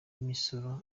imisoro